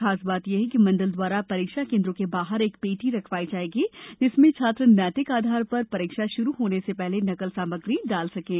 खास बात यह है कि मण्डल द्वारा परीक्षाकेंद्रों के बाहर एक पेटी रखवाई जायेगी जिसमें छात्र नैतिक आधार पर परीक्षा शुरू होने से पहले नकल सामग्री डाल सकें